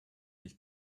his